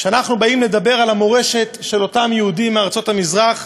כשאנחנו באים לדבר על המורשת של אותם יהודים מארצות המזרח,